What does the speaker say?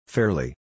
Fairly